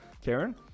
Karen